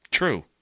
True